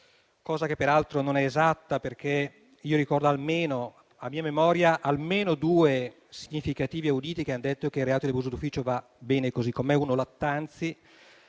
cosa che peraltro non è esatta, perché ricordo, a mia memoria, almeno due significativi auditi che han detto che il reato di abuso d'ufficio va bene così com'è: uno è Lattanzi,